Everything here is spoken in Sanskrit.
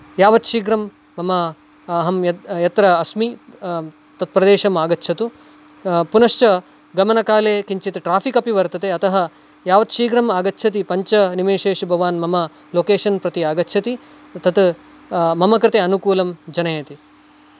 यावत् शीघ्रं मम अहं यत् यत्र अस्मि तत्प्रदेशम् आगच्छतु पुनश्च गमनकाले किञ्चित् ट्राफिक् अपि वर्तते अतः यावत् शिघ्रमागच्छति पञ्चनिमेशेषु भवान् मम लोकेशन् प्रति आगच्छति तत् मम कृते अनुकूलं जनयति